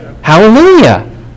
Hallelujah